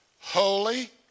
holy